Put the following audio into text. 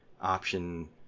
option